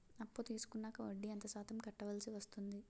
అప్పు తీసుకున్నాక వడ్డీ ఎంత శాతం కట్టవల్సి వస్తుంది?